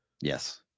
Yes